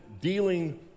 dealing